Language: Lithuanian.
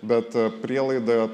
bet prielaida